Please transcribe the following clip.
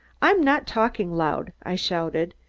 i'm not talking loud, i shouted,